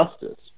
justice